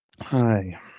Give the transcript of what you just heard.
Hi